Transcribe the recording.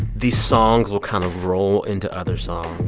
these songs will kind of roll into other songs.